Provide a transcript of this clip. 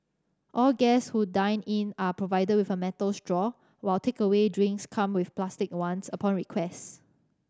all guests who dine in are provided with a metal straw while takeaway drinks come with plastic ones upon request